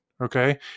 Okay